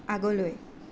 আগলৈ